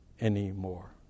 anymore